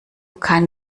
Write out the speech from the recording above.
kann